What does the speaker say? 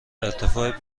ارتفاع